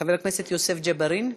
חבר הכנסת יוסף ג'בארין.